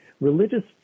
religious